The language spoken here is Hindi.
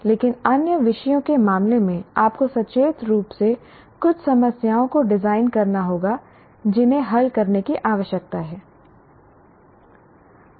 लेकिन अन्य विषयों के मामले में आपको सचेत रूप से कुछ समस्याओं को डिजाइन करना होगा जिन्हें हल करने की आवश्यकता है